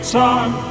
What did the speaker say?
time